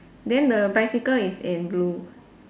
then the bicycle is in blue